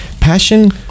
passion